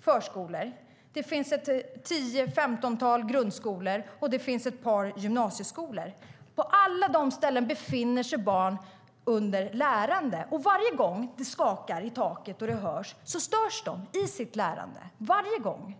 förskolor, ett tio femtontal grundskolor och ett par gymnasieskolor. På alla dessa befinner sig barn under lärande. Varje gång det skakar i taket och det hörs störs de i sitt lärande, varje gång.